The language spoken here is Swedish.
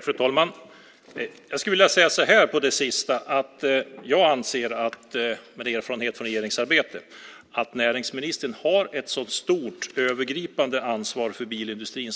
Fru talman! Jag skulle vilja säga så här när det gäller det sistnämnda: Jag anser, med erfarenhet av regeringsarbete, att näringsministern har ett så stort och övergripande ansvar för bilindustrin